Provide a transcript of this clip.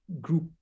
group